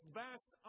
vast